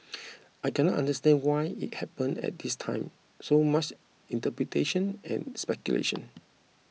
I cannot understand why it happened at this time so much interpretation and speculation